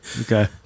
Okay